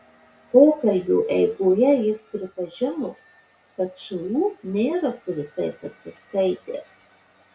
pokalbio eigoje jis pripažino kad šu nėra su visais atsiskaitęs